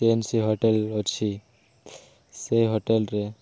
ସଏନ୍ସି hotel ଅଛି ସେଇ ହୋଟେଲ୍ରେ